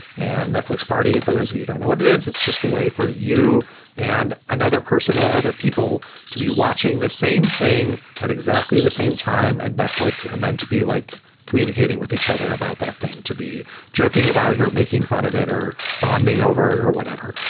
and netflix party for those who you don't know what it is, it's just a way for you and another person or other people to be watching the same thing at exactly the same time at netflix and then to be like communicating with each other about that thing, to be joking about it it or making fun of it or bonding over it or whatever.